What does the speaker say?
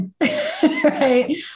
Right